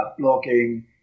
blogging